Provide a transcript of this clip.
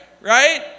right